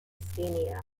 scania